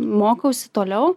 mokausi toliau